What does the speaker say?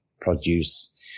produce